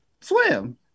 swim